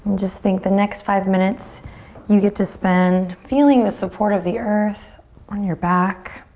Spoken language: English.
just think the next five minutes you get to spend feeling the support of the earth on your back.